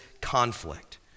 conflict